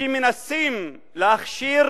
שמנסים להכשיר